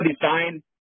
design